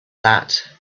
that